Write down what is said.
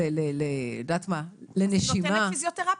לנשימה --- אז היא נותנת פיזיותרפיה.